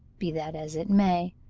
be that as it may,